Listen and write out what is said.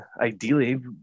ideally